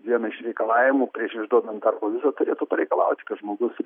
vieną iš reikalavimų prieš išduodant darbo vizą turėtų pareikalauti kad žmogus